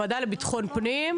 לא לוועדה לקידום מעמד האישה,